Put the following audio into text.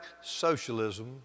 socialism